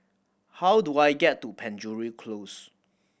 how do I get to Penjuru Close